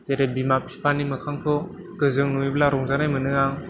जेरै बिमा बिफानि मोखांखौ गोजों नुयोबा रंजानाय मोनो आं